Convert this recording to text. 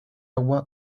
agua